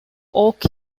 oak